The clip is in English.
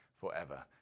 forever